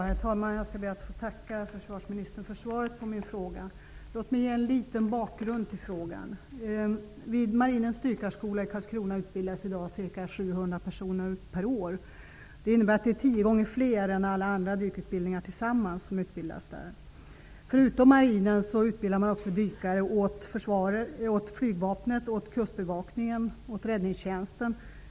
Herr talman! Jag skall be att få tacka försvarsministern för svaret på min fråga. Låt mig ge en liten bakgrund till frågan. Vid Marinens dykarskola i Karlskrona utbildas i dag ca 700 personer per år. Det är tio gånger fler än på alla andra dykarutbildningar tillsammans. Förutom dykare för Marinen utbildar man i dag dykare åt Flygvapnet, Kustbevakningen och Räddningstjänsten.